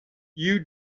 you